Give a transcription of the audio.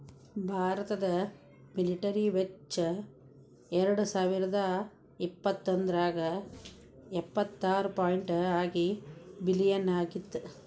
ಭಾರತದ ಮಿಲಿಟರಿ ವೆಚ್ಚ ಎರಡಸಾವಿರದ ಇಪ್ಪತ್ತೊಂದ್ರಾಗ ಎಪ್ಪತ್ತಾರ ಪಾಯಿಂಟ್ ಆರ ಬಿಲಿಯನ್ ಆಗಿತ್ತ